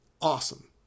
awesome